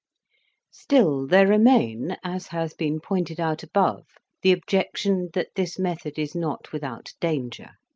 still there remain, as has been pointed out above, the objection that this method is not without danger.